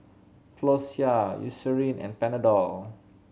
Floxia Eucerin and Panadol